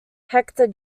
hector